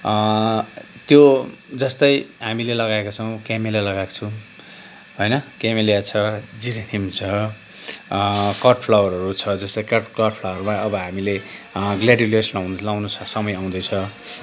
त्यो जस्तै हामीले लगाएको छौँ क्यामेलिया लगाएको छु होइन क्यामेलिया छ जिरेनियम छ अँ कट फ्लावरहरू छ जस्तै केट कट फ्लावरको अब हामीले ग्लाडियोलस लगाउन लगाउने समय आउँदैछ